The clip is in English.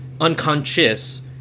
unconscious